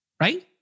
Right